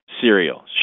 cereal